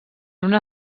una